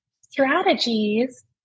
strategies